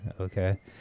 Okay